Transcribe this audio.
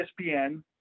ESPN